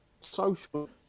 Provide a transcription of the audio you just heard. social